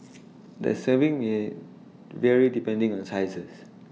the serving may vary depending on sizes